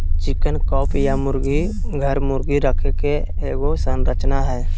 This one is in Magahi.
चिकन कॉप या मुर्गी घर, मुर्गी रखे के एगो संरचना हइ